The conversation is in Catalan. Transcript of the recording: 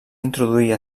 introduir